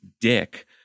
dick